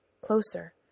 closer